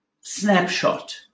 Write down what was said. snapshot